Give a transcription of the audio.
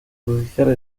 judicial